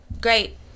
great